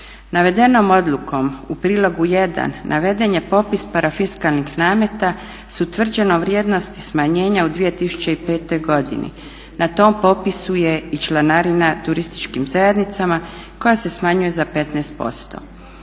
Navedenom odlukom u prilogu jedan naveden je popis parafiskalnih nameta s utvrđenom vrijednosti smanjenja u 2005.godini, na tom popisu je i članarina turističkim zajednicama koja se smanjuje za 15%.